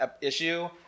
issue